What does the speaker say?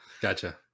gotcha